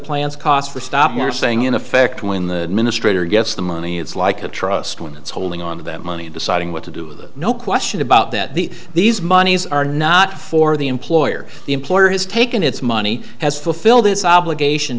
plans cost for stopping are saying in effect when the ministry here gets the money it's like a trust when it's holding on to that money and deciding what to do with no question about that the these monies are not for the employer the employer has taken its money has fulfilled its obligation